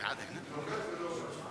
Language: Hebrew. אני לוחץ ולא עובד.